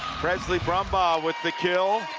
presley brumbaugh with the kill.